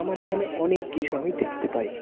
আমার এখানে অনেক কিছু আমি দেখতে পাই